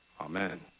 amen